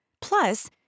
Plus